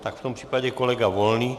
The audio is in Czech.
Tak v tom případě kolega Volný.